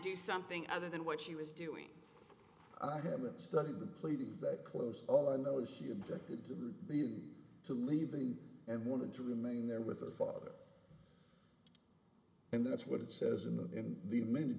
do something other than what she was doing i haven't studied the pleadings that close all i know is she objected to leaving and wanted to remain there with her father and that's what it says in the in the main